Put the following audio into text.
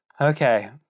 Okay